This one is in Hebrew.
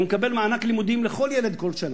והוא מקבל מענק לימודים לכל ילד כל שנה.